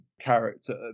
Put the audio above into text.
character